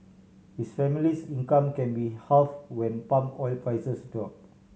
his family's income can be halve when palm oil prices drop